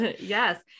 yes